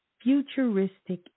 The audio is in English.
futuristic